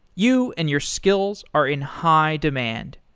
you and your skills are in high demand.